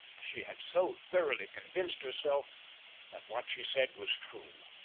she had so thoroughly convinced herself that what she said was true.